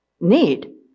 need